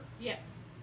Yes